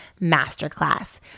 Masterclass